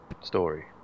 story